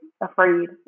afraid